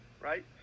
right